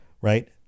Right